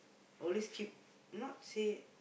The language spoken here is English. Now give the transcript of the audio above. always keep not say